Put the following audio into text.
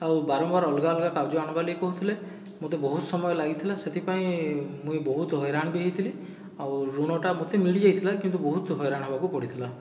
ଆଉ ବାରମ୍ବାର ଅଲଗା ଅଲଗା କାଗଜ ଆଣିବା ଲାଗି କହୁଥିଲେ ମୋତେ ବହୁତ ସମୟ ଲାଗିଥିଲା ସେଥିପାଇଁ ମୁଇଁ ବହୁତ ହଇରାଣ ବି ହୋଇଥିଲି ଆଉ ଋଣଟା ମୋତେ ମିଲି ଯାଇଥିଲା କିନ୍ତୁ ବହୁତ ହଇରାଣ ହେବାକୁ ପଡ଼ିଥିଲା